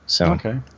Okay